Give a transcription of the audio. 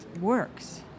works